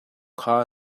kha